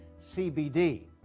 CBD